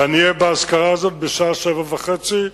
ואני אהיה באזכרה הזאת בשעה 19:30,